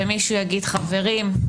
ומישהו יגיד: חברים,